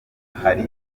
hari